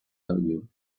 value